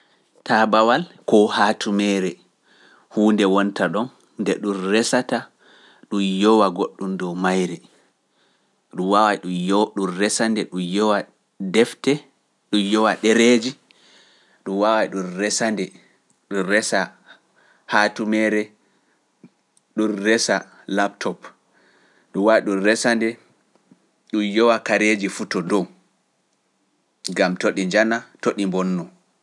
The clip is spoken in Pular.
Taabawal koo haatumeere huunde wonta ɗon nde ɗum resata ɗum yowa goɗɗum dow mayre, ɗum resande ɗum yowa defte, ɗum yowa ɗereeji, ɗum resande ɗum resa haatumeere, ɗum resa laɓtoop, ɗum resawi ɗum resa nde ɗum yowa kareeji fu to dow, gam to ɗi njana to ɗi bonnoo.